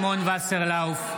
וסרלאוף,